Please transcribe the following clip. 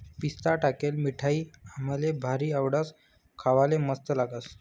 पिस्ता टाकेल मिठाई आम्हले भारी आवडस, खावाले मस्त लागस